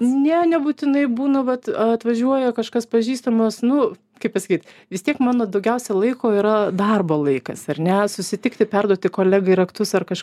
ne nebūtinai būna vat atvažiuoja kažkas pažįstamus nu kaip pasakyt vis tiek mano daugiausia laiko yra darbo laikas ar ne susitikti perduoti kolegai raktus ar kaž